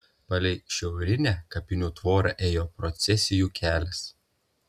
palei šiaurinę kapinių tvorą ėjo procesijų kelias